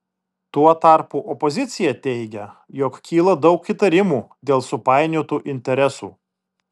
tuo tarpu opozicija teigia jog kyla daug įtarimų dėl supainiotų interesų